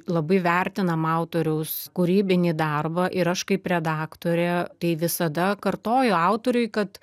labai vertinam autoriaus kūrybinį darbą ir aš kaip redaktorė tai visada kartoju autoriui kad